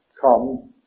come